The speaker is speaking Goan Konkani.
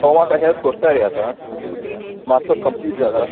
नोवाक हेल्प करता रे आसा मातसो कन्फीयूज जाला